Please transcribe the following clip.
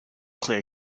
clear